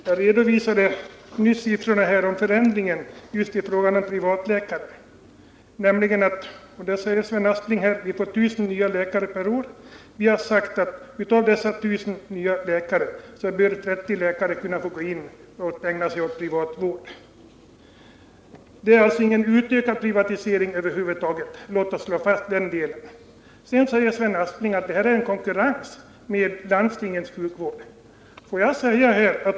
Herr talman! Jag redovisade nyss siffrorna för förändringen i fråga om privatläkare. Sven Aspling säger att vi får 1 000 nya läkare per år. Vi har sagt att av dessa 1 000 nya läkare bör 30 kunna få ägna sig åt privatvård. Det är alltså inte fråga om någon ökad privatisering — låt oss slå fast det. Sedan säger Sven Aspling att de här privatläkarna blir en konkurrent till landstingets sjukvård.